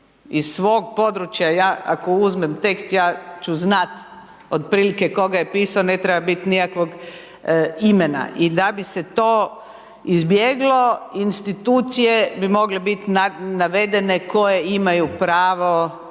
Iz svog područja ja ako uzmem tekst ja ću znati otprilike tko ga je pisao, ne treba bit nikakvog imena. I da bi se to izbjeglo institucije bi mogle biti navedene koje imaju pravo